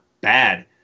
bad